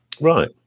right